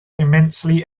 immensely